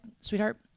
sweetheart